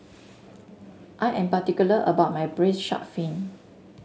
I am particular about my braised shark fin